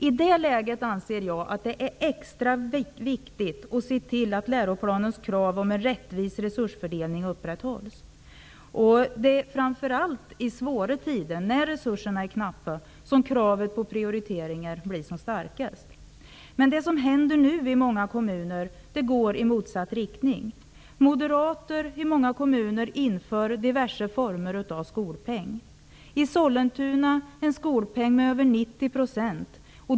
I det läget är det enligt min mening extra viktigt att se till att läroplanens krav på en rättvis resursfördelning upprätthålls. Det är framför allt i svåra tider, när resurserna är knappa, som kravet på prioriteringar är som starkast. Det som nu händer i olika kommuner går dock i motsatt riktning. Moderater i många kommuner inför diverse former av skolpeng. I Sollentuna har man infört en skolpeng som uppgår till över 90 %.